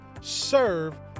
Serve